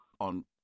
on